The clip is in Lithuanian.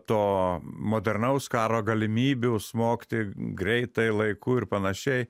to modernaus karo galimybių smogti greitai laiku ir panašiai